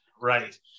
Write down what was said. right